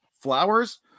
flowers